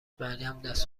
مریم، دست